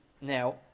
now